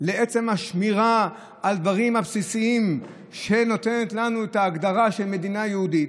לעצם השמירה על הדברים הבסיסיים שנותנים לנו את ההגדרה של מדינה יהודית.